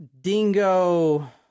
dingo